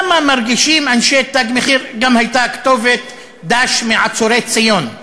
למה מרגישים אנשי "תג מחיר" גם הייתה כתובת: "ד"ש מעצורי ציון"